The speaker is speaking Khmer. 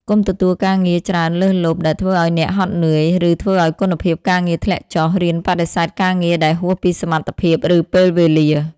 កុំទទួលការងារច្រើនលើសលប់ដែលធ្វើឱ្យអ្នកហត់នឿយ ឬធ្វើឱ្យគុណភាពការងារធ្លាក់ចុះ រៀនបដិសេធការងារដែលហួសពីសមត្ថភាព ឬពេលវេលា។